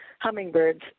hummingbirds